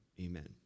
Amen